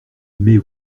mais